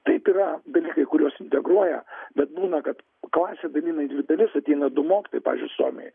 taip yra bene kai kuriuos integruoja bet būna kad klasę dalina į dvi dalis ateina du mokytojai pavyzdžiui suomijoj